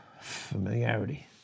Familiarity